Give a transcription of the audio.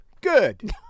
Good